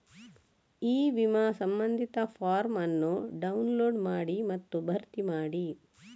E ವಿಮಾ ಸಂಬಂಧಿತ form ಅನ್ನು ಡೌನ್ಲೋಡ್ ಮಾಡಿ ಮತ್ತು ಭರ್ತಿ ಮಾಡಿ